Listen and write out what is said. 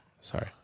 Sorry